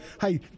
Hey